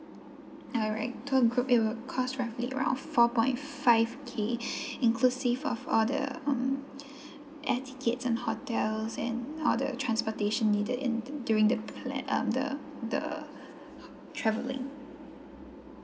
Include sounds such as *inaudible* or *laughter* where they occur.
alright tour group it would cost roughly around four point five K *breath* inclusive of all the um *breath* etiquette and hotels and all the transportation needed in during the plan ah the the traveling